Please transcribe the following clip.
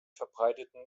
verbreiteten